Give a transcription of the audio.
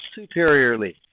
superiorly